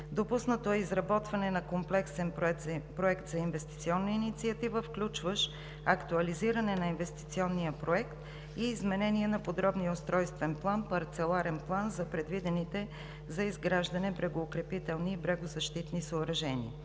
Допуснато е изработване на комплексен проект за инвестиционна инициатива, включващ актуализиране на Инвестиционния проект и изменение на подробния устройствен парцеларен план за предвидените за изграждане брегоукрепителни и брегозащитни съоръжения.